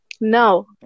No